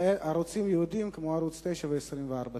לערוצים ייעודיים כמו ערוץ-9 וערוץ-24.